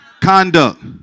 conduct